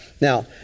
Now